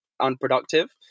unproductive